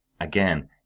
Again